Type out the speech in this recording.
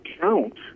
count